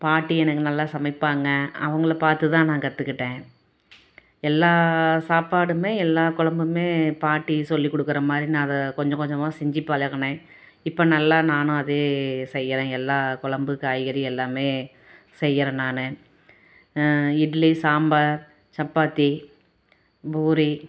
பாட்டி எனக்கு நல்லா சமைப்பாங்க அவங்கள பார்த்துதான் நான் கற்றுக்கிட்டேன் எல்லா சாப்பாடுமே எல்லா கொழம்புமே பாட்டி சொல்லி கொடுக்குற மாதிரி நான் அதை கொஞ்சம் கொஞ்சமாக செஞ்சு பழகுனேன் இப்போ நல்லா நானாகவே செய்கிறேன் எல்லா கொழம்பு காய்கறி எல்லாமே செய்கிறேன் நான் இட்லி சாம்பார் சப்பாத்தி பூரி